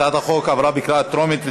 הצעת החוק עברה בקריאה טרומית,